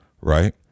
right